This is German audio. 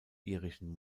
irischen